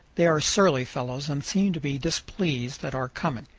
they are surly fellows and seem to be displeased at our coming.